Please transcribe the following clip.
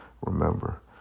remember